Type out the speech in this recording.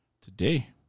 Today